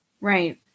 Right